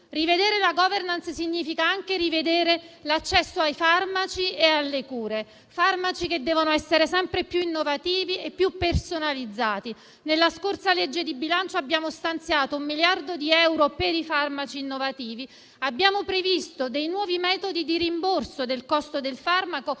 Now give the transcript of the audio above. Rivedere la *governance* significa anche rivedere l'accesso ai farmaci e alle cure. I farmaci devono essere sempre più innovativi e personalizzati. Nella scorsa legge di bilancio abbiamo stanziato un miliardo di euro per i farmaci innovativi. Abbiamo previsto dei nuovi metodi di rimborso del costo del farmaco